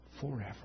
Forever